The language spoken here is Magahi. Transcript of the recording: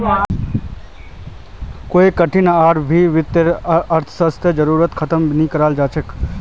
कोई ठान भी वित्तीय अर्थशास्त्ररेर जरूरतक ख़तम नी कराल जवा सक छे